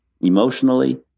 emotionally